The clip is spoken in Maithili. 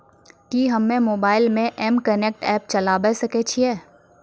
कि हम्मे मोबाइल मे एम कनेक्ट एप्प चलाबय सकै छियै?